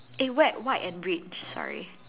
eh white white and red sorry